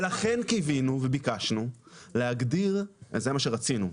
ולכן קיווינו וביקשנו להגדיר זה מה שרצינו,